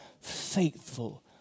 faithful